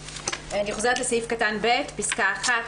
אני חוזרת לסעיף קטן (ב), פסקה (1):